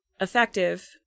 effective